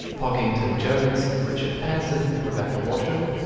poggington jones, richard pearson, rebecca washem,